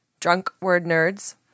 drunkwordnerds